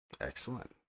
excellent